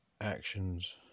actions